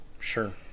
Sure